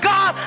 God